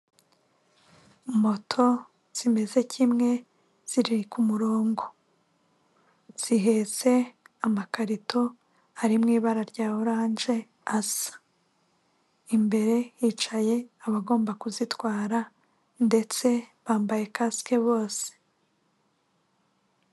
Moto zimeze kimwe ziri ku murongo, zihetse amakarito ari mu ibara rya oranje asa, imbere hicaye abagomba kuzitwara ndetse bambaye kasike bose.